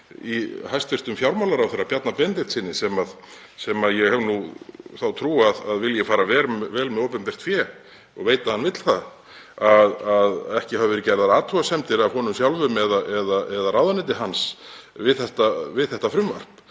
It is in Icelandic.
í hæstv. fjármálaráðherra Bjarna Benediktssyni, sem ég hef nú þá trú að vilji fara vel með opinbert fé og veit að hann vill það, að ekki hafi verið gerðar athugasemdir af honum sjálfum eða ráðuneyti hans við þetta frumvarp